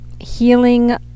healing